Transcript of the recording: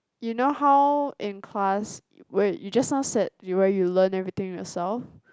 you know how in class where you just now said where you learn everything yourself